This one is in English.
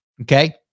okay